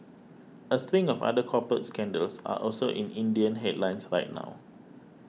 a string of other corporate scandals are also in Indian headlines right now